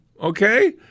okay